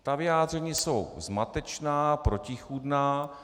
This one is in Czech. Ta vyjádření jsou zmatečná, protichůdná.